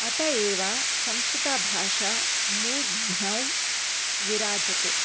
अत एव संस्कृतभाषा मूर्ध्नौ विराजते